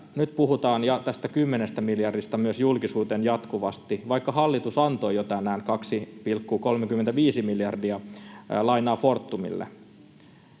nyt puhutaan tästä 10 miljardista myös julkisuuteen jatkuvasti, vaikka hallitus antoi jo tänään 2,35 miljardia lainaa Fortumille,